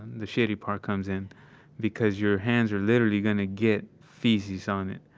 the shitty part comes in because your hands are literally going to get feces on it,